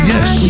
Yes